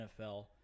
NFL